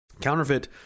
counterfeit